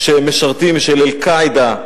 שהם משרתים של "אל-קאעידה"